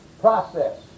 process